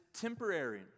temporary